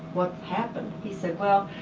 what happened? he said, well,